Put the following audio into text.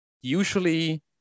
usually